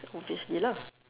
obviously lah